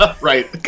Right